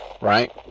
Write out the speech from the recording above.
right